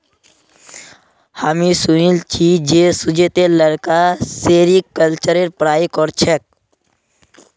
हामी सुनिल छि जे सुजीतेर लड़का सेरीकल्चरेर पढ़ाई कर छेक